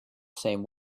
same